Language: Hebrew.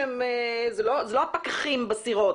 זה לא הפקחים בסירות,